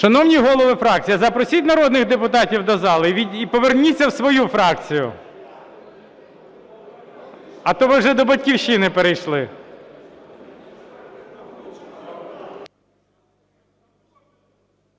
Шановні голови фракцій, запросіть народних депутатів до зали і поверніться у свою фракцію, а то ви вже до "Батьківщини" перейшли.